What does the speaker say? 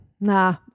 Nah